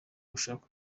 gushaka